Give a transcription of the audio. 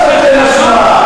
אתה מאפשר לי לענות?